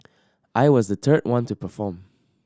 I was the third one to perform